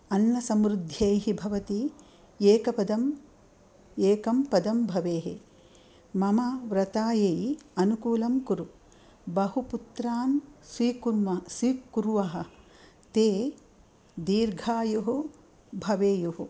अन्नसमृद्ध्यै भवती एकपदम् एकं पदं भवेः मम व्रतायै अनुकूलं कुरु बहुपुत्रान् स्वीकुर्म स्वीकुर्वः ते दीर्घायुः भवेयुः